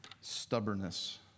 stubbornness